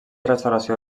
restauració